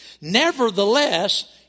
Nevertheless